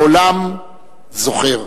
העולם זוכר.